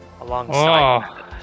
alongside